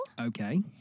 Okay